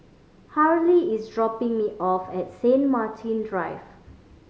Harley is dropping me off at Saint Martin Drive